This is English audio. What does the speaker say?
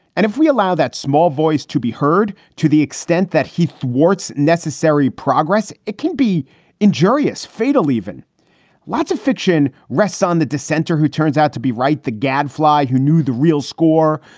and if we allow that small voice to be heard, to the extent that he thwarts necessary progress, it can be injurious, fatal. even lots of fiction rests on the dissenter who turns out to be right. the gadfly who knew the real score,